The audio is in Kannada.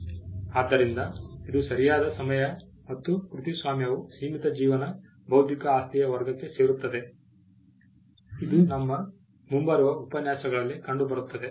ಆದ್ದರಿಂದ ಇದು ಸರಿಯಾದ ಸಮಯ ಮತ್ತು ಕೃತಿಸ್ವಾಮ್ಯವು ಸೀಮಿತ ಜೀವನ ಬೌದ್ಧಿಕ ಆಸ್ತಿಯ ವರ್ಗಕ್ಕೆ ಸೇರುತ್ತದೆ ಇದು ನಮ್ಮ ಮುಂಬರುವ ಉಪನ್ಯಾಸಗಳಲ್ಲಿ ಕಂಡುಬರುತ್ತದೆ